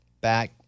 back